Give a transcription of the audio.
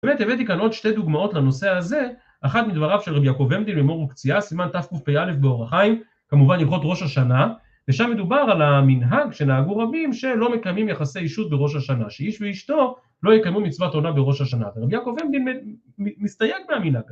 באמת הבאתי כאן עוד שתי דוגמאות לנושא הזה, אחת מדבריו של רבי יעקב עמדין במור וקציעה, סימן תקפ"א באורח חיים, כמובן הלכות ראש השנה, ושם מדובר על המנהג שנהגו רבים שלא מקיימים יחסי אישות בראש השנה, שאיש ואשתו לא יקיימו מצוות עונה בראש השנה, ורבי יעקב עמדין מסתייג מהמנהג הזה.